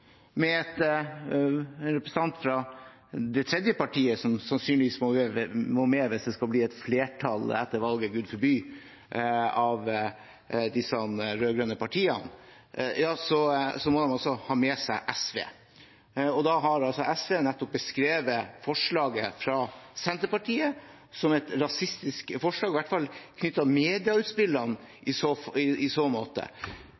En representant fra det tredje partiet som sannsynligvis må med hvis det skal bli et flertall etter valget, Gud forby, av disse rød-grønne partiene – ja, de må ha med seg SV også – har nettopp beskrevet forslaget fra Senterpartiet som et rasistisk forslag, i hvert fall knyttet til medieutspillene i så måte.